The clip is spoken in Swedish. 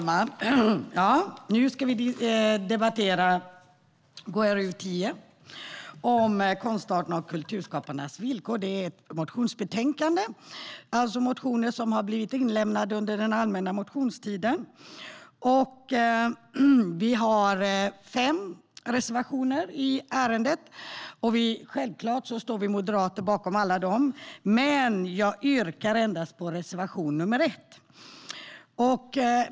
Herr talman! Nu ska vi debattera betänkande KrU10 om konstarter och kulturskaparnas villkor. Det är ett motionsbetänkande, alltså motioner som har inlämnats under den allmänna motionstiden. Vi har fem reservationer i ärendet. Självklart står vi moderater bakom alla dessa, men jag yrkar bifall endast till reservation 1.